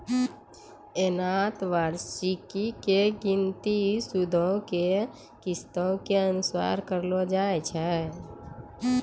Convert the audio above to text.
एना त वार्षिकी के गिनती सूदो के किस्तो के अनुसार करलो जाय छै